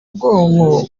bwonko